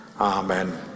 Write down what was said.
amen